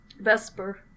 Vesper